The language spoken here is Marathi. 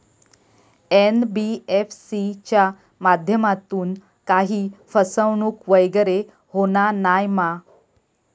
एन.बी.एफ.सी च्या माध्यमातून काही फसवणूक वगैरे होना नाय मा?